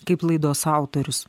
kaip laidos autorius